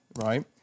right